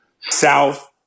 South